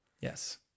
Yes